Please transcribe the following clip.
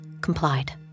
complied